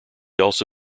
also